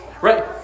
right